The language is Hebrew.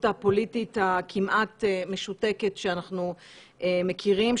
הפוליטית הכמעט משותקת שאנחנו מכירים,